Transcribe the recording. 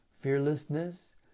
Fearlessness